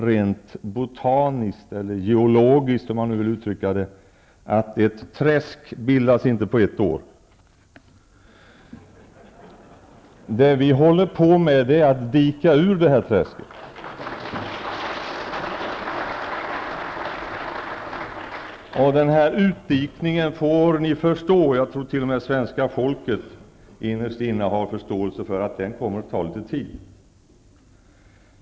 Rent botaniskt eller geologiskt bildas inte ett träsk på ett år. Det som vi håller på med är att dika ur detta träsk. Ni måste förstå att denna utdikning tar litet tid, och jag tror att t.o.m. svenska folket innerst inne har förståelse för att den kommer att ta litet tid.